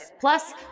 Plus